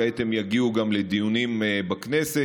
כעת הן יגיעו גם לדיונים בכנסת.